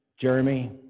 Jeremy